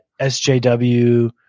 SJW